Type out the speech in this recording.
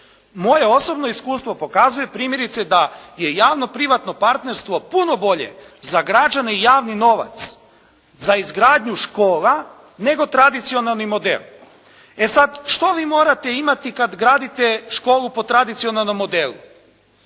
Moje osobno iskustvo pokazuje primjerice da je javno-privatno partnerstvo puno bolje za građane i javni novac, za izgradnju škola nego tradicionalni model. E sad, što vi morate imati kad gradite školu po tradicionalnom modelu?